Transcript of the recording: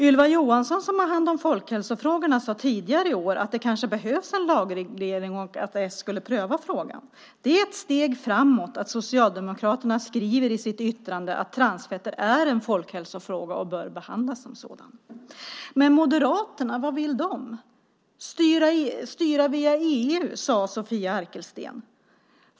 Ylva Johansson, som har hand om folkhälsofrågorna, sade tidigare i år att det kanske behövs en lagreglering och att s skulle pröva frågan. Det är ett steg framåt att Socialdemokraterna i sitt yttrande skriver att transfetter är en folkhälsofråga och bör behandlas som en sådan. Men vad vill Moderaterna? Man vill styra via EU, sade Sofia Arkelsten.